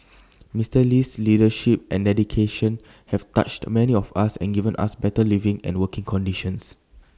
Mister Lee's leadership and dedication have touched many of us and given us better living and working conditions